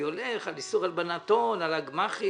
אני הולך על איסור הלבנת הון על הגמ"חים,